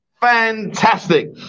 fantastic